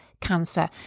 cancer